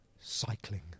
cycling